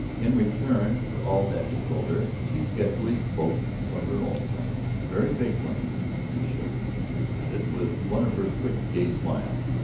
in return for all that he told her she sketchily spoke of her own plans, very vague plans, to be sure, she admitted with one of her quick, gay smiles.